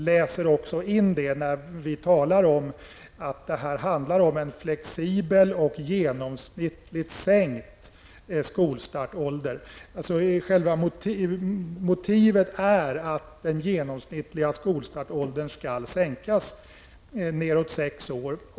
Propositionen kan ju bara tolkas på det sättet och utskottsmajoriteten läser också in detta i den. Motivet är att den genomsnittliga skolstartåldern skall sänkas till sex år.